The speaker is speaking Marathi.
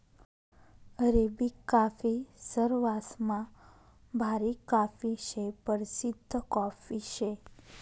अरेबिक काफी सरवासमा भारी काफी शे, परशिद्ध कॉफी शे